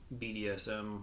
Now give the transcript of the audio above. BDSM